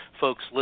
folks